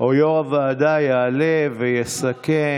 אבל לא שמעו.